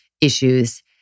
issues